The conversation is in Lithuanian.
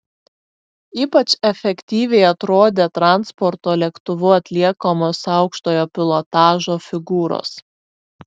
ypač efektyviai atrodė transporto lėktuvu atliekamos aukštojo pilotažo figūros